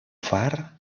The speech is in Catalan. far